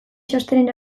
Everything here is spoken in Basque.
txostenen